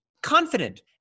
Confident